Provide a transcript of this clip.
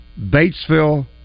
Batesville